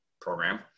program